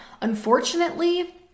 unfortunately